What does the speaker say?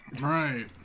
Right